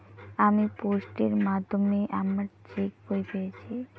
আমি পোস্টের মাধ্যমে আমার চেক বই পেয়েছি